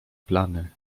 plany